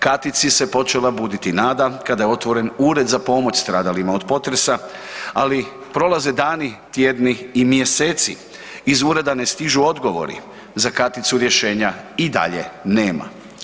Katici se počela buditi nada kada je otvoren Ured za pomoć stradalima od potresa, ali prolaze dani, tjedni i mjeseci, iz Ureda ne stižu odgovori, za Katicu rješenja i dalje nema.